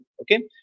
Okay